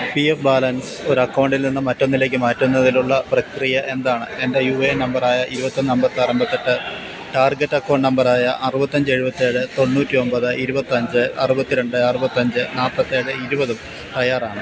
P F balance ഒരു അക്കൗണ്ടിൽ നിന്നും മറ്റൊന്നിലേക്ക് മാറ്റുന്നതിനുള്ള പ്രക്രിയ എന്താണ് എൻ്റെ യു എ എൻ നമ്പറായ ഇരുപത്തിയൊന്ന് അൻപത്തിയാറ് അൻപത്തിയെട്ട് ടാർഗെറ്റ് അക്കൗണ്ട് നമ്പറായ അറുപത്തിയഞ്ച് എഴുപത്തിയേഴ് തൊണ്ണൂറ്റിയൊൻപത് ഇരൂപത്തിയഞ്ച് അറുപത്തിരണ്ട് അറുപത്തിയഞ്ച് നാല്പത്തിയേഴ് ഇരുപതും തയ്യാറാണ്